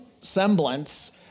semblance